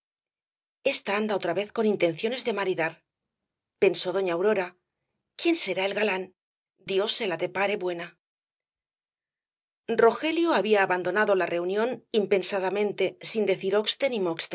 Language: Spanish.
anda otra vez con intenciones de maridar pensó doña aurora quién será el galán dios se la depare buena rogelio había abandonado la reunión impensadamente sin decir